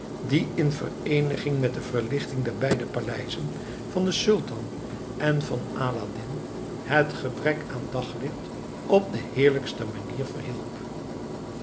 die in vereeniging met de verlichting der beide paleizen van den sultan en van aladdin het gebrek aan daglicht op de heerlijkste manier